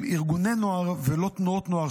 לתנועות נוער ולארגוני נוער,